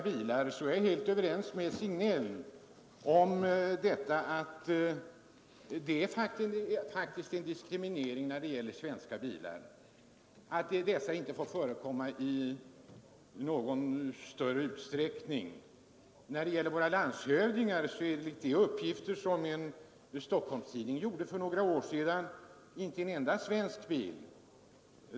Jag är helt överens med herr Signell om att det faktiskt sker en diskriminering av svenska bilar, när dessa inte väljs i någon större utsträckning. Av våra landshövdingar har enligt uppgifter som en stockholmstidning lämnade för några år sedan — inte en enda en svensk bil.